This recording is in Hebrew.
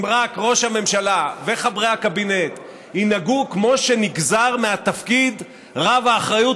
אם רק ראש הממשלה וחברי הקבינט ינהגו כמו שנגזר מהתפקיד רב-האחריות,